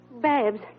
Babs